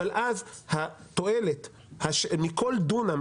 אבל אז התועלת מכל דונם,